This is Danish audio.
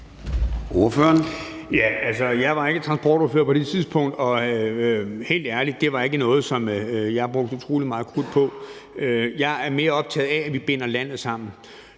Jeg var ikke transportordfører på det tidspunkt, og det var helt ærligt ikke noget, som jeg brugte utrolig meget krudt på. Jeg er mere optaget af, at vi binder landet sammen.